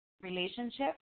relationship